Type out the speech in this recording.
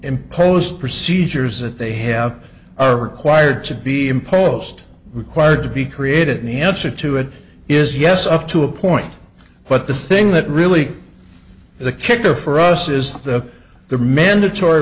imposed procedures that they have are required to be imposed required to be created and the answer to it is yes up to a point but the thing that really the kicker for us is that the mandatory